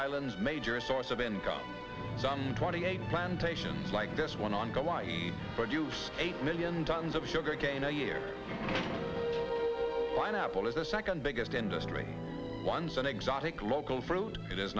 islands major source of income some twenty eight plantations like this one ongoing eight million tons of sugarcane a year when apple is the second biggest industry once an exotic local fruit it is